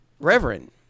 Reverend